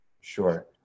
Sure